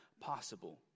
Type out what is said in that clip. possible